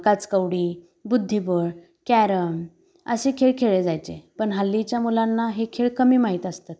काचकवडी बुद्धिबळ कॅरम असे खेळ खेळले जायचे पण हल्लीच्या मुलांना हे खेळ कमी माहीत असतात